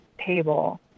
table